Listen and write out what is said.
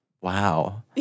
Wow